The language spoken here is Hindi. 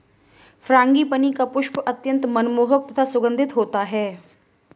फ्रांगीपनी का पुष्प अत्यंत मनमोहक तथा सुगंधित होता है